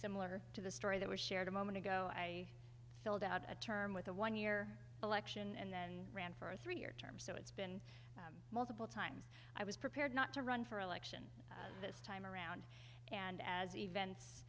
similar to the story that was shared a moment ago i filled out a term with a one year election and then ran for a three year term so it's been multiple times i was prepared not to run for election this time around and as events